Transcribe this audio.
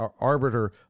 arbiter